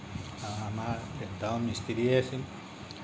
আমাৰ দেউতাও মিস্ত্ৰিয়েই আছিল